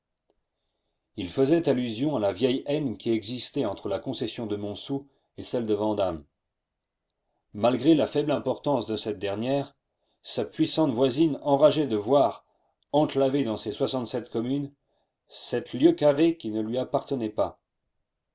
il faisait allusion à la vieille haine qui existait entre la concession de montsou et celle de vandame malgré la faible importance de cette dernière sa puissante voisine enrageait de voir enclavée dans ses soixante-sept communes cette lieue carrée qui ne lui appartenait pas